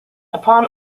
upon